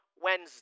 Wednesday